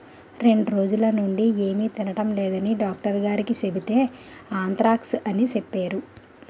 రెండ్రోజులనుండీ ఏమి తినడం లేదని డాక్టరుగారికి సెబితే ఆంత్రాక్స్ అని సెప్పేరు